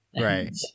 right